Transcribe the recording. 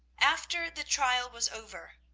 after the trial was over,